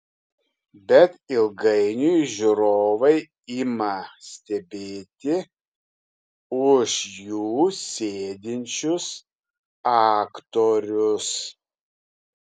bet ilgainiui žiūrovai ima stebėti už jų sėdinčius aktorius